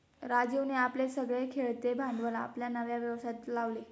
राजीवने आपले सगळे खेळते भांडवल आपल्या नव्या व्यवसायात लावले